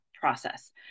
process